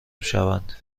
شوند